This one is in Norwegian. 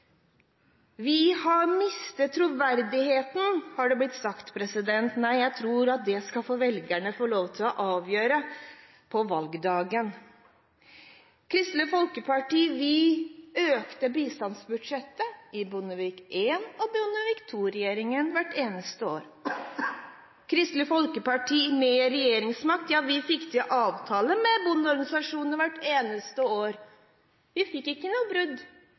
Vi har mistet troverdigheten, har det blitt sagt. Jeg tror at det skal velgerne få lov til å avgjøre på valgdagen. Kristelig Folkeparti økte bistandsbudsjettet i regjeringene Bondevik I og Bondevik II hvert eneste år. Kristelig Folkeparti med regjeringsmakt fikk til avtaler med bondeorganisasjonene hvert eneste år. Vi fikk ikke noe brudd.